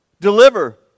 Deliver